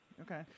Okay